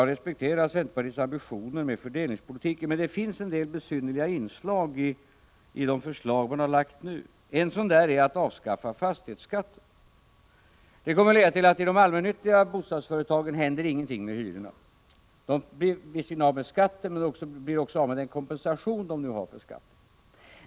Jag respekterar centerpartiets ambitioner med fördelningspolitiken men det finns en del besynnerliga inslag i de förslag som man har lagt nu. Ett sådant inslag är förslaget att avskaffa fastighetsskatten. Det kommer att leda till att ingenting händer med hyrorna i de allmännyttiga bostadsföretagen. De blir visserligen av med skattskyldigheten men blir också av med den kompensation de nu har för skatten.